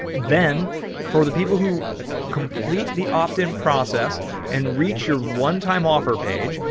then for the people who complete the opt in process and reach your onetime offer page,